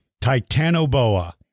Titanoboa